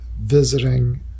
visiting